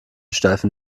steifen